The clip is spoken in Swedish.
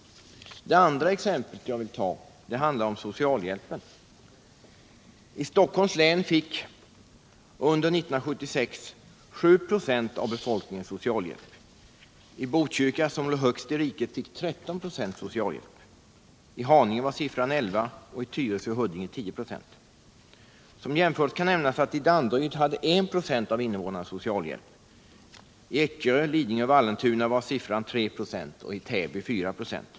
Det andra exempel jag här skall ta handlar om socialhjälpen. I Stockholms län fick 7 96 av befolkningen socialhjälp under 1976. I Botkyrka, som låg högst i riket, fick 13 96 socialhjälp. I Haninge var siffran 11 96 och i Tyresö och Huddinge 10 4. Som jämförelse kan nämnas att I K av invånarna i Danderyd hade socia!hjälp. I Ekerö, Lidingö och Vallentuna var siffran 3 96 och i Täby 4 4.